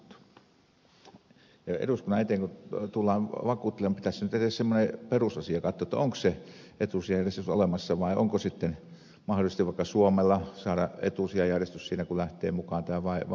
eduskunnan eteen kun tullaan vakuuttelemaan pitäisi edes semmoinen perusasia katsoa onko se etusijajärjestys olemassa tai onko mahdollisesti vaikka suomella etusijajärjestys siinä kun lähtee mukaan vai eikö ole